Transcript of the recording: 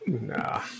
Nah